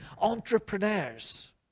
Entrepreneurs